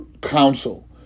counsel